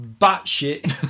batshit